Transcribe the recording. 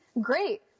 Great